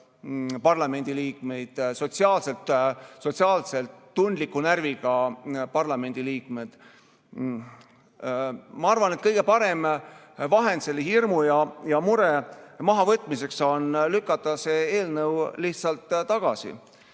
parlamendiliikmeid ja sotsiaalselt tundliku närviga parlamendiliikmeid. Ma arvan, et kõige parem vahend selle hirmu ja mure mahavõtmiseks on lükata see eelnõu lihtsalt tagasi.